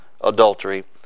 adultery